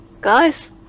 guys